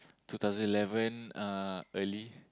two thousand eleven uh early